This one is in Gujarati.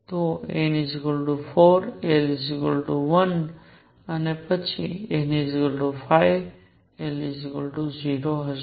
તો n 4 l 1 અને પછી n 5 l 0 હશે